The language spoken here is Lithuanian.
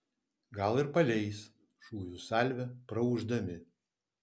gal ir paleis šūvių salvę praūždami